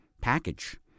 package